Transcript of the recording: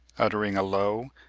uttering a low,